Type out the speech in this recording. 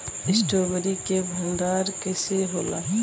Strawberry के भंडारन कइसे होला?